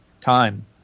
time